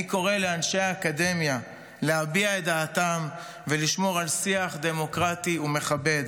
אני קורא לאנשי האקדמיה להביע את דעתם ולשמור על שיח דמוקרטי ומכבד.